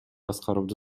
аскаровду